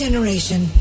Generation